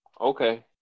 okay